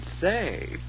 say